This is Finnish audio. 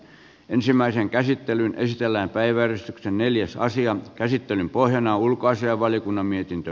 ensimmäisen käsittelyn esitellään päivän neljässä asian käsittelyn pohjana on ulkoasiainvaliokunnan mietintö